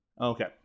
Okay